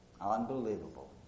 Unbelievable